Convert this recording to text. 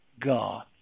God